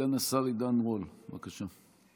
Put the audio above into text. סגן השר עידן רול, בבקשה.